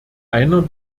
einer